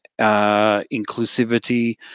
inclusivity